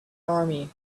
army